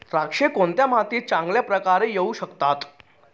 द्राक्षे कोणत्या मातीत चांगल्या प्रकारे येऊ शकतात?